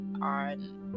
on